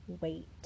wait